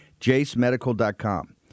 JaceMedical.com